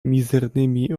mizernymi